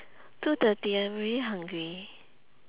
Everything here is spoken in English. two thirty I'm already hungry